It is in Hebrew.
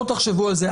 תחשבו על זה.